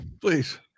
please